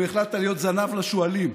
והחלטת להיות זנב לשועלים.